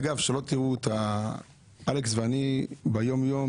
אגב, אלכס ואני ביומיום